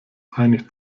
einig